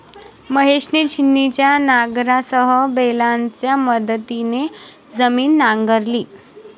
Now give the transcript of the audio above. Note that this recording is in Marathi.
महेशने छिन्नीच्या नांगरासह बैलांच्या मदतीने जमीन नांगरली